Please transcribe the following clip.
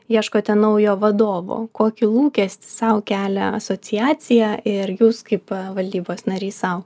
ieškote naujo vadovo kokį lūkestį sau kelia asociacija ir jūs kaip valdybos narys sau